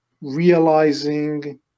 realizing